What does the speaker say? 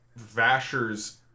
vasher's